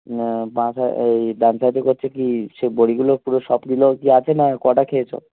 না বাঁ সাই এই ডান সাইডে করছে কি সেই বড়িগুলো পুরো সবগুলো যা আছে না কটা খেয়েছ